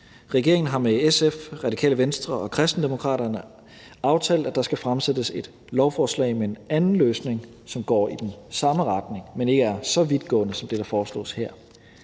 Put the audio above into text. Regeringen har med SF, Radikale Venstre og Kristendemokraterne aftalt, at der skal fremsættes et lovforslag med en anden løsning, som går i den samme retning, men som ikke er så vidtgående som det, der foreslås her,